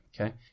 Okay